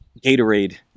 Gatorade